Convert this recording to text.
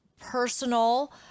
personal